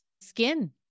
skin